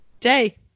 day